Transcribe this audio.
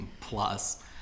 plus